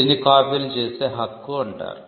దీన్ని కాపీలు చేసే హక్కు అంటారు